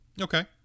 okay